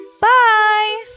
Bye